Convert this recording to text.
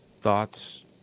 thoughts